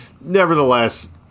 nevertheless